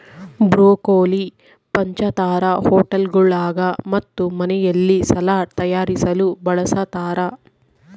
broccoli ಪಂಚತಾರಾ ಹೋಟೆಳ್ಗುಳಾಗ ಮತ್ತು ಮನೆಯಲ್ಲಿ ಸಲಾಡ್ ತಯಾರಿಸಲು ಬಳಸತಾರ